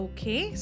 Okay